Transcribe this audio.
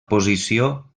posició